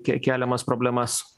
keliamas problemas